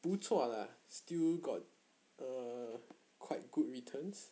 不错 lah still got err quite good returns